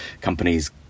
companies